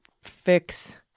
fix –